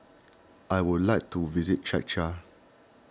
I would like to visit Czechia